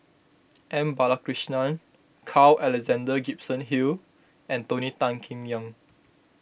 M Balakrishnan Carl Alexander Gibson Hill and Tony Tan Keng Yam